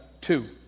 two